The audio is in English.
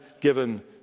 given